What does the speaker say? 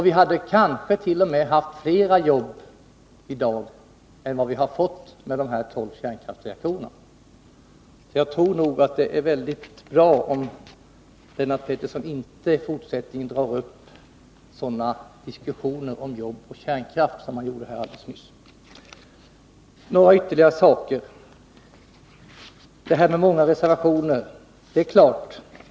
Vi hade kanske t.o.m. haft fler jobb i dag än vad vi fått med de tolv kärnkraftsreaktorerna. Jag tror att det är väldigt bra om Lennart Pettersson i fortsättningen inte drar upp sådana diskussioner om jobb och kärnkraft som han gjorde alldeles nyss. Jag vill ta upp ytterligare några saker liksom detta med många reservationer.